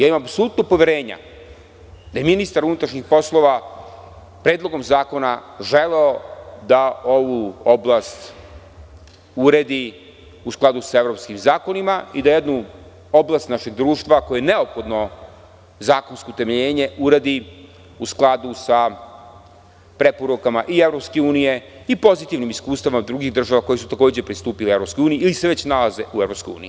Imam apsolutno poverenja da je ministar unutrašnjih poslova Predlogom zakona želeo da ovu oblast uredi u skladu sa evropskim zakonima i da jednu oblast našeg društva, kojoj je neophodno zakonsko utemeljenje, uredi u skladu sa preporukama i EU i pozitivnim iskustvima drugih država koje su takođe pristupile EU ili se već nalaze u EU.